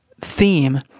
theme